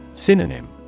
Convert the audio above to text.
Synonym